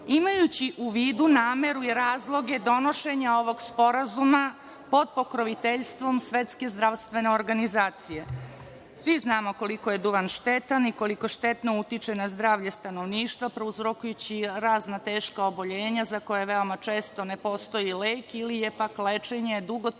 imajući u vidu nameru i razloge donošenja ovog sporazuma pod pokroviteljstvom Svetske zdravstvene organizacije. Svi znamo koliko je duvan štetan i koliko štetno utiče na zdravlje stanovništva, prouzrokujući razna teška oboljenja za koja veoma često ne postoji lek ili je, pak, lečenje dugotrajno,